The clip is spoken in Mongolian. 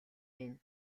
энэ